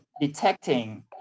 detecting